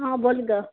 हा बोल गं